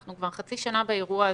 אנחנו כבר חצי שנה באירוע הזה,